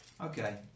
Okay